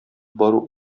бару